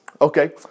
Okay